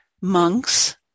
Monks